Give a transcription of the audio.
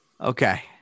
Okay